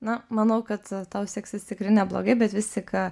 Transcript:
na manau kad tau seksis tikrai neblogai bet vis tik